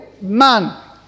man